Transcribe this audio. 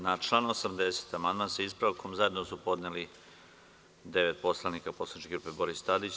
Na član 80. amandman, sa ispravkom, zajedno je podnelo devet poslanika Poslaničke grupe Boris Tadić.